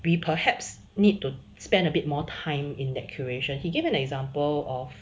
we perhaps need to spend a bit more time in that curation he gave an example of